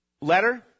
letter